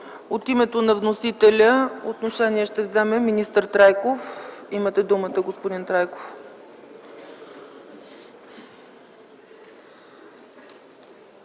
От името на вносителя отношение ще вземе министър Трайков. Имате думата, господин Трайков.